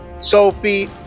Sophie